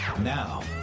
now